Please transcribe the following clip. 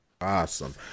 Awesome